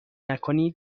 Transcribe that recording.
نکنی